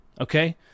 okay